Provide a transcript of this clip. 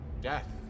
Death